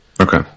Okay